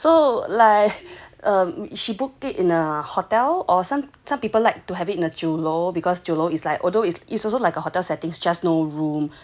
so like um she booked it in a hotel or some 酒楼 some people like to have it at a 酒楼 because 酒楼 is like although it's it's also like a hotel setting just no room